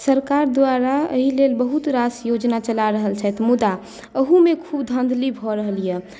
सरकार द्वारा एहि लेल बहुत रास योजना चला रहल छथि मुदा अहूमे खूब धाँधली भऽ रहल यऽ